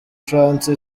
france